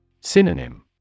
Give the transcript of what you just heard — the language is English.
Synonym